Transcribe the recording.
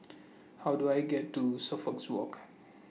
How Do I get to Suffolks Walk